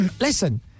listen